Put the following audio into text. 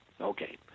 Okay